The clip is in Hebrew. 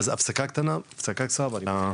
הפסקה קצרה ואני כבר חוזר.